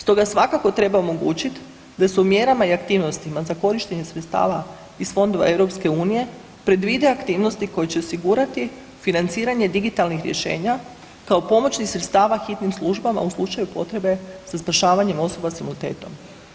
Stoga svakako treba omogućiti da se u mjerama i aktivnostima za korištenje sredstava iz fondova EU predvide aktivnosti koje će osigurati financiranje digitalnih rješenja kao pomoćnih sredstava hitnim službama u slučaju potrebe za spašavanje osoba s invaliditetom.